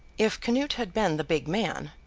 if canute had been the big man,